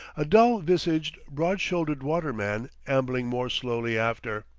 a dull-visaged, broad-shouldered waterman ambling more slowly after.